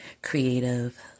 creative